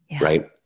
right